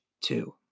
two